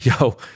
yo